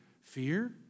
fear